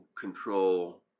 control